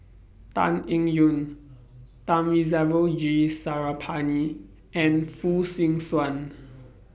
Tan Eng Yoon Thamizhavel G Sarangapani and Fong Swee Suan